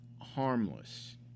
harmless